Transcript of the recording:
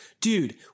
dude